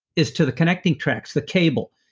is to the connecting tracks, the cable,